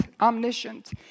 omniscient